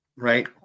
Right